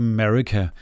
America